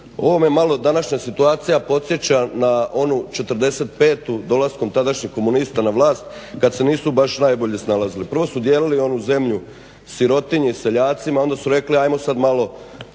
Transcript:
ovome me malo današnja situacija podsjeća na onu '45.dolaskom tadašnjih komunista na vlast kada se nisu baš najbolje snalazili. Prvo su dijelili onu zemlju sirotinji, seljacima onda su rekli ajmo sada malo